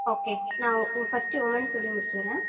okay நான் first women's சொல்லி முடிச்சுட்றேன்